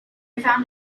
found